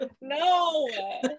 No